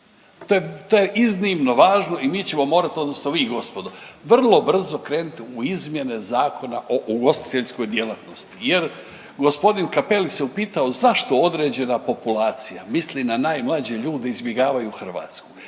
To je iznimno važno i mi ćemo morati, odnosno vi, gospodo, vrlo brzo krenuti u izmjene Zakona o ugostiteljskoj djelatnosti jer g. Cappelli se upitao zašto određena populacija, misli na najmlađe ljude, izbjegavaju Hrvatsku.